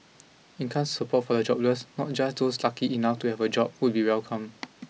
income support for the jobless not just those lucky enough to have a job would be welcome